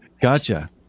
Gotcha